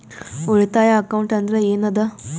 ಉಳಿತಾಯ ಅಕೌಂಟ್ ಅಂದ್ರೆ ಏನ್ ಅದ?